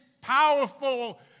powerful